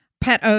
pet